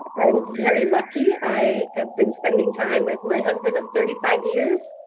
and very lucky. i have been spending time with my husband of thirty five years.